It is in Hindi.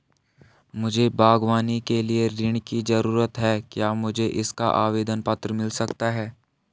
मुझे बागवानी के लिए ऋण की ज़रूरत है क्या मुझे इसका आवेदन पत्र मिल सकता है?